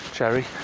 Cherry